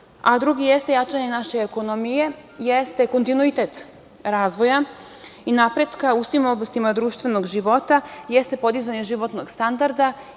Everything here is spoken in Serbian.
a drugi jeste jačanje naše ekonomije, jeste kontinuitet razvoja i napretka u svim oblastima društvenog života, jeste podizanje životnog standarda